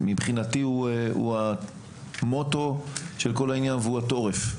שמבחינתי הוא המוטו של כל העניין, והוא הטורף.